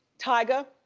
tyga,